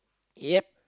yup